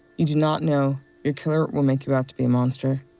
you do not know your killer will make you out to be a monster.